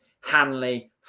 Hanley